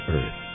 Earth